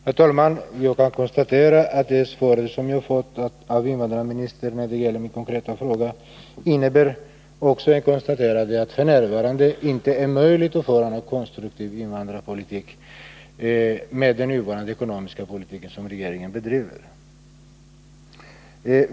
Herr talman! Det svar som jag har fått av invandrarministern på min konkreta fråga innebär ett konstaterande att det f. n. inte är möjligt att föra en konstruktiv invandrarpolitik med den ekonomiska politik som regeringen bedriver.